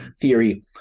theory